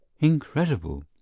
Incredible